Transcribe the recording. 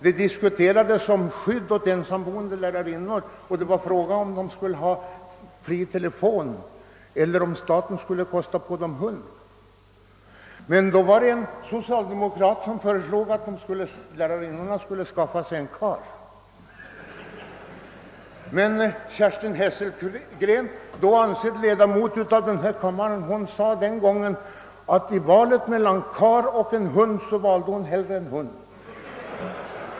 Det diskuterades då om skyddet åt ensamboende lärarinnor. Frågan gällde om de skulle ha fri telefon eller om staten skulle kosta på dem hundar. Då föreslog en socialdemokrat, att lärarinnorna skulle skaffa sig en karl. Kerstin Hesselgren, då ansedd 1e damot av denna kammare, svarade att i valet mellan karl och hund valde hon nog hunden.